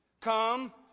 come